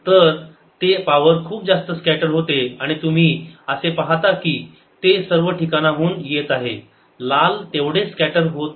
तर ते पावर खूप जास्त स्कॅटर होते आणि तुम्ही असे पाहता की ते सर्व ठिकाणाहून येत आहे लाल तेवढे जास्त स्कॅटर होत नाही